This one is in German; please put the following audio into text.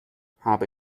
habe